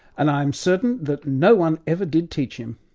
and i am certain that no-one ever did teach him.